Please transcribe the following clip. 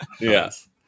Yes